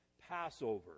Passover